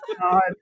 God